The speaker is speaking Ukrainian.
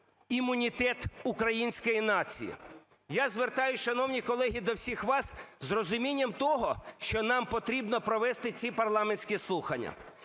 імунітет української нації. Я звертаюся, шановні колеги, до всіх вас з розумінням того, що нам потрібно провести ці парламентські слухання.